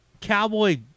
cowboy